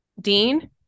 Dean